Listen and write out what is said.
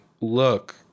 Look